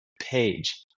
page